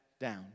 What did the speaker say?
down